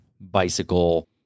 bicycle